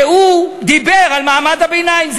שדיבר על מעמד הביניים.